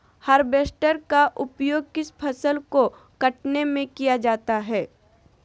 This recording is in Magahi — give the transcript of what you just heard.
हार्बेस्टर का उपयोग किस फसल को कटने में किया जाता है?